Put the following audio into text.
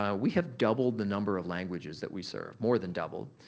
um we have doubled the number of languages that we serve, more than doubled